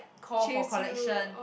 call for collection